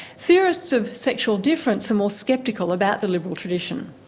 theorists of sexual difference are more sceptical about the liberal tradition.